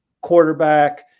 quarterback